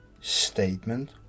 statement